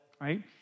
right